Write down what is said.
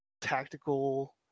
tactical